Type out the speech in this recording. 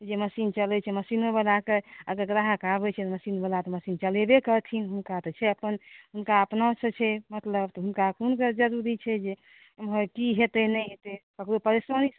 जे मशीन चलैत छै मशीनो वाला कऽ कऽ आबैत छै मशीन वाला तऽ मशीन चलेबे करथिन हुनका तऽ छै अपन हुनका अपनासँ छै मतलब तऽ हुनका कोन जरुरी छै जे इमहर की हेतै नहि हेतै ककरो परेशानी